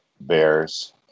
bears